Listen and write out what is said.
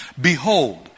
Behold